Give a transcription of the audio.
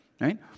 right